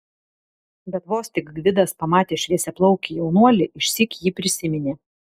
bet vos tik gvidas pamatė šviesiaplaukį jaunuolį išsyk jį prisiminė